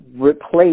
replace